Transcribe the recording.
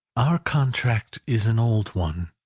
our contract is an old one.